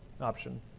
option